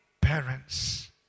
parents